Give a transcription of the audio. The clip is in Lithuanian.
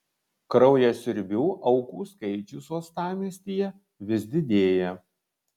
kraujasiurbių aukų skaičius uostamiestyje vis didėja